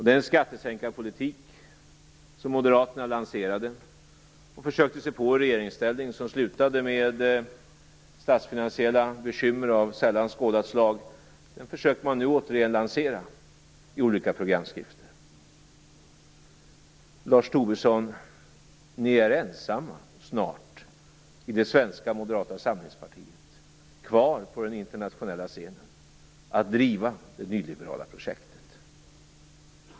Den skattesänkarpolitik som Moderaterna lanserade och försökte sig på i regeringsställning, och som slutade med statsfinansiella bekymmer av sällan skådat slag, försöker man nu återigen lansera i olika programskrifter. Tobisson, är snart ensamma kvar på den internationella scenen att driva det nyliberala projektet.